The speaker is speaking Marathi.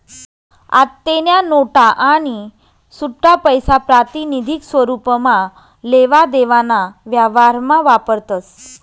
आत्तेन्या नोटा आणि सुट्टापैसा प्रातिनिधिक स्वरुपमा लेवा देवाना व्यवहारमा वापरतस